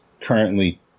currently